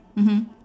mmhmm